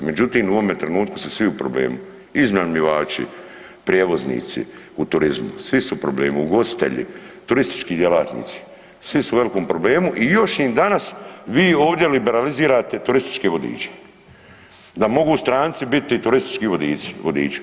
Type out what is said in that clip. Međutim, u ovome trenutku su svi u problemu, iznajmljivači, prijevoznici u turizmu, svi su u problemu, ugostiteljski, turistički djelatnici, svi su u velikom problemu i još im danas vi ovdje liberalizirate turističke vodiče, da mogu biti stranci biti turistički vodiči.